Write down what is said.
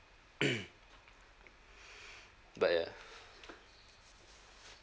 but ya